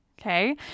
Okay